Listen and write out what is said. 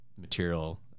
material